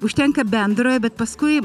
užtenka bendrojo bet paskui